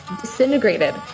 disintegrated